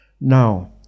Now